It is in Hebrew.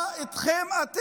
אבל מה איתכם?